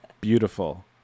Beautiful